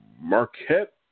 Marquette